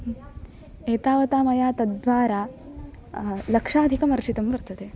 एतावता मया तद्द्वारा लक्षाधिकं अर्जितं वर्तते